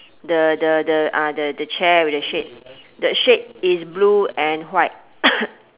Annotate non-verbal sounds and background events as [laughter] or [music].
the the the ah the the chair with the shade the shade is blue and white [coughs]